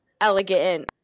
elegant